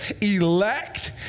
elect